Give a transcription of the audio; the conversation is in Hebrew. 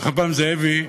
רחבעם גנדי,